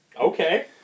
Okay